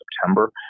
September